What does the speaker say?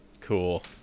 cool